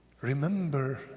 remember